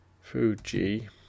Fuji